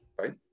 right